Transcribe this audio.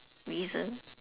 reason